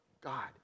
God